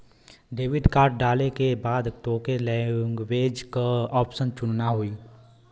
debit card डाले के बाद तोके लैंग्वेज क ऑप्शन चुनना होई